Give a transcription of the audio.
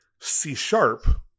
C-sharp